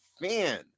fan